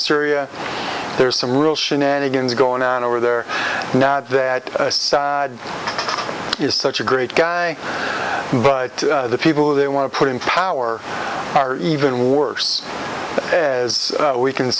syria there's some real shenanigans going on over there now that assad is such a great guy but the people they want to put in power are even worse as we can